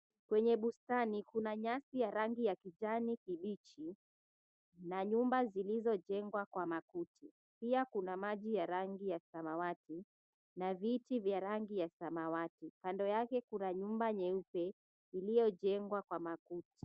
Kwenye bustani kuna nyasi ya kijani kibichi na nyumba zilizojengwa kwa makuti, maji ya rangi ya samawati na viti vya rangi ya samawati, kando yake kuna nyumba nyeupe iliyojengwa kwa makuti.